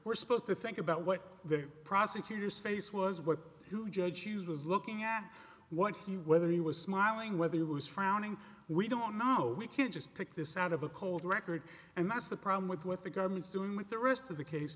we're supposed to think about what the prosecutors face was what who judge hughes was looking at what he whether he was smiling whether it was founding we don't know we can't just pick this out of a cold record and that's the problem with what the government's doing with the rest of the case